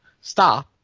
Stop